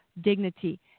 dignity